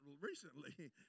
recently